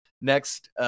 next